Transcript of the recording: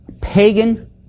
pagan